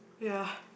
ya